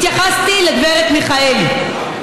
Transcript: התייחסתי לגברת מיכאלי.